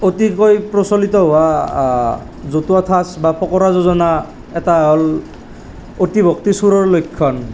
অতিকৈ প্ৰচলিত হোৱা জতুৱা ঠাঁচ বা ফকৰা যোজনা এটা হ'ল অতি ভক্তি চোৰৰ লক্ষণ